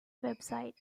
website